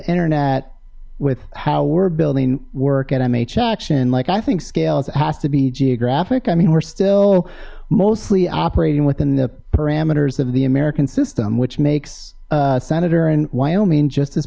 internet with how we're building work and mh action like i think scales it has to be geographic i mean we're still mostly operating within the parameters of the american system which makes senator and wyoming just as